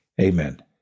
Amen